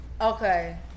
Okay